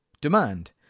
demand